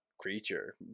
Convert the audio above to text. creature